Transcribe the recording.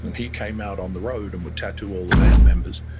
he came out on the road and would tattoo all the band members.